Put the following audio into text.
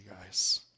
guys